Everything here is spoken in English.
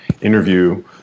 interview